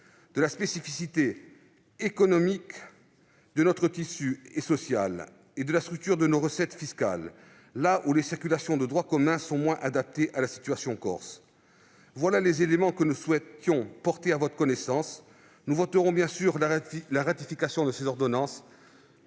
de la spécificité de notre tissu économique et social et de la structure de nos recettes fiscales, les circulaires de droit commun étant moins adaptées à la situation corse. Voilà les éléments que nous souhaitions porter à votre connaissance. Nous voterons bien sûr la ratification de ces ordonnances,